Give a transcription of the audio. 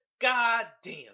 Goddamn